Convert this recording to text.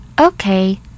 okay